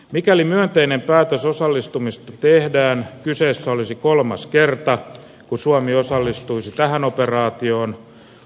mikäli myönteinen päätös osallistumisesta tehdään kyseessä olisi kolmas kerta kun suomi osallistuisi tähän operaatioon